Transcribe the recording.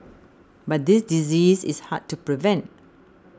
but this disease is hard to prevent